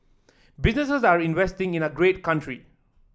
business are investing in our great country